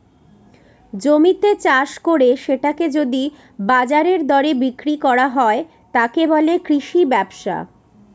জমিতে চাষ করে সেটাকে যদি বাজারের দরে বিক্রি করা হয়, তাকে বলে কৃষি ব্যবসা